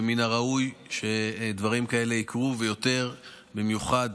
ומן הראוי שדברים כאלה יקרו ויותר, במיוחד